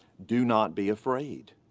do not be afraid.